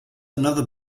another